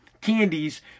candies